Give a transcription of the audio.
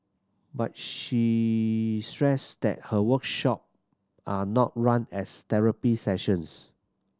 but she stressed that her workshop are not run as therapy sessions